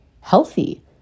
healthy